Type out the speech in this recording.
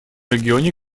регионе